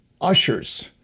ushers